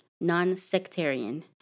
non-sectarian